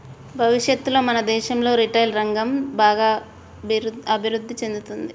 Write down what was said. భవిష్యత్తులో మన దేశంలో రిటైల్ రంగం బాగా అభిరుద్ధి చెందుతుంది